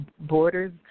Borders